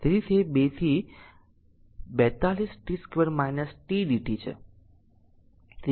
તેથી તે 2 થી 4 2 t 2 t dt છે